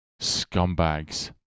scumbags